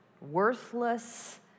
worthless